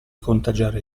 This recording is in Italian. contagiare